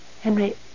Henry